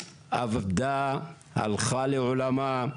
אבדה, הלכה לעולמה.